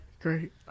Great